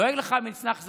דואג לך למצנח זהב.